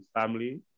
family